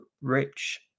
Rich